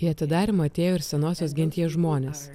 į atidarymą atėjo ir senosios genties žmonės